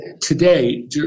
today